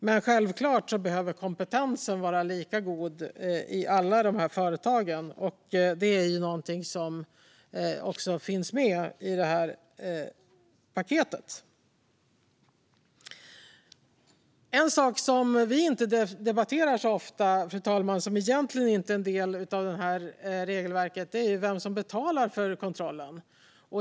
Men självklart behöver kompetensen vara lika god i alla dessa företag, och det är också något som finns med i detta paket. En sak som vi inte debatterar så ofta, fru talman, och som egentligen inte är en del av detta regelverk är vem som betalar för kontrollen.